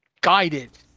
guided